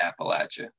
Appalachia